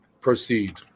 Proceed